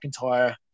McIntyre